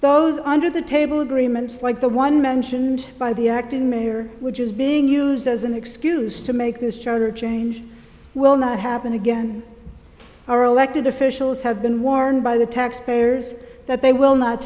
those under the table grimace like the one mentioned by the acting mayor which is being used as an excuse to make this charter change will not happen again our elected officials have been warned by the taxpayers that they will not